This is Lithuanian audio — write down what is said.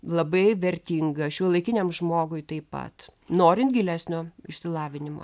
labai vertinga šiuolaikiniam žmogui taip pat norint gilesnio išsilavinimo